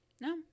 no